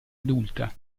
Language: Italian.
adulta